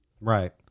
Right